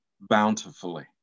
bountifully